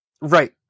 Right